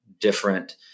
different